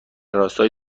راستای